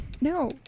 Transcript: No